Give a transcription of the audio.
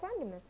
randomness